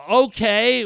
okay